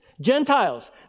Gentiles